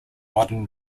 modern